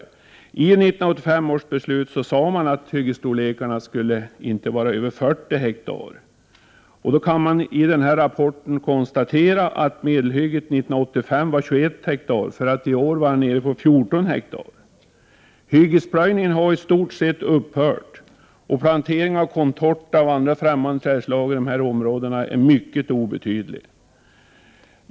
I 1985 års beslut fastställdes att hyggesstorlekarna inte skulle överstiga 40 ha. Man kan i den här rapporten konstatera att medelhygget 1985 uppgick till 21 ha för att nu vara nere i 14 ha. Hyggesplöjningen har i stort sett upphört och planteringen av Contorta och andra främmande trädslag i områdena i fråga är mycket obetydlig.